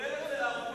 כולל אצל הערבים,